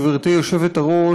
גברתי היושבת-ראש,